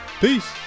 Peace